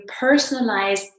personalize